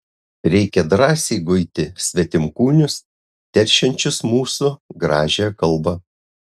reikia drąsiai guiti svetimkūnius teršiančius mūsų gražiąją kalbą